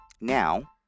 Now